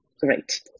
Great